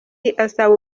asaba